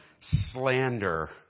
slander